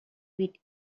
with